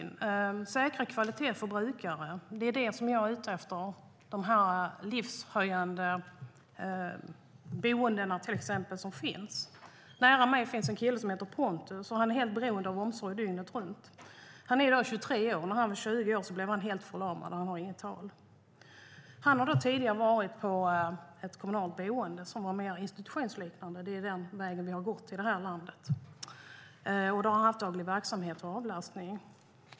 När det gäller att säkra kvalitet för brukare är det detta som jag är ute efter, till exempel när det gäller de boenden som finns och som höjer livskvaliteten. Nära mig finns en kille som heter Pontus, som är helt beroende av omsorg dygnet runt. Han är 23 år, och när han var 20 år blev han helt förlamad och har inget tal. Han har tidigare varit på ett kommunalt boende som var mer institutionsliknande. Det är den vägen vi har gått i det här landet. Då har han haft daglig verksamhet och avlastning.